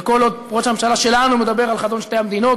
וכל עוד ראש הממשלה שלנו מדבר על חזון שתי המדינות,